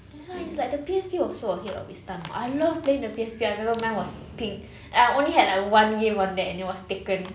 that's why it's like the P_S_P was so ahead of its time I love playing with the P_S_P I don't know mine was pink and I only had like one game on there and it was Taken